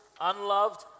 unloved